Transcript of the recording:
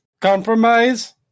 Compromise